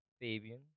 Fabian